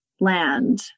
land